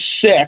sick